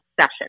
session